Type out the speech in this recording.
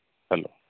hello